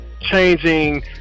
changing